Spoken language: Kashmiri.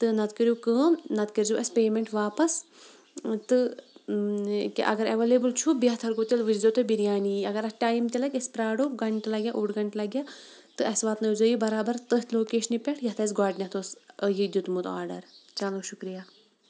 تہٕ نَتہٕ کٔرِو کٲم نَتہٕ کٔرۍ زیو اَسہِ پیمینٛٹ واپَس تہٕ کہِ اگر ایویلیبٕل چھُ بہتر گوٚو تیٚلہِ وٕچھ زیو تُہۍ بِریانی یی اگر اَتھ ٹایِم تہِ لَگہِ أسۍ پرٛاڑو گھَنٹہٕ لَگیٛاہ اوٚڑ گھَنٹہٕ لَگیٛاہ تہٕ اَسہِ واتنٲوزیو یہِ بَرابَر تٔتھی لوکیشنہِ پٮ۪ٹھ یَتھ اَسہِ گۄڈنٮ۪تھ اوس یہِ دیُٚتمُت آرڈر چلو شُکریہ